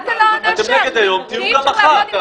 אתם נגד היום, תהיו גם מחר.